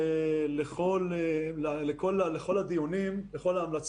כל עוד אין